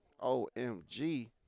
OMG